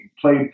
played